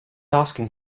asking